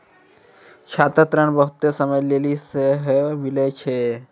छात्र ऋण बहुते समय लेली सेहो मिलै छै